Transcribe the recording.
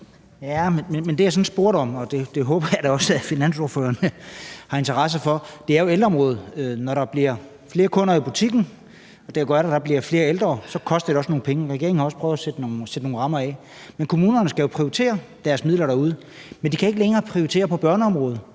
det, jeg spurgte om – og det håber jeg da også at finansordføreren har interesse for – er ældreområdet. Når der bliver flere kunder i butikken – og det gør der; der bliver flere ældre – så koster det også nogle penge, og regeringen har også prøvet at fastsætte nogle rammer. Og kommunerne skal jo prioritere deres midler derude, men de kan ikke længere prioritere på børneområdet,